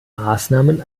maßnahmen